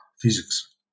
physics